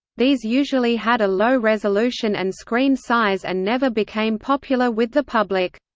these usually had a low resolution and screen size and never became popular with the public.